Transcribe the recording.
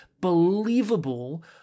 believable